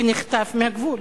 שנחטף מהגבול,